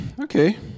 Okay